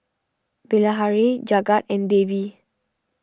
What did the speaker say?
Bilahari Jagat and Devi